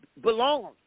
belongs